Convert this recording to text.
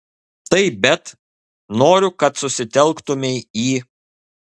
taip bet noriu kad susitelktumei į